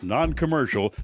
Non-Commercial